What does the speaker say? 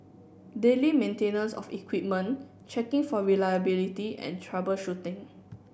daily maintenance of equipment checking for reliability and troubleshooting